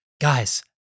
guys